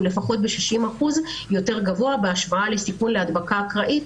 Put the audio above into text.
הוא לפחות ב-60% יותר גבוה בהשוואה לסיכון להדבקה אקראית.